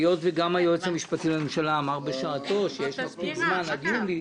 היות שגם היועץ המשפטי לממשלה אמר בשעתו שיש מספיק זמן עד יולי,